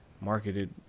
marketed